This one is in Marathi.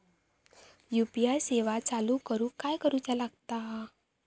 यू.पी.आय सेवा चालू करूक काय करूचा लागता?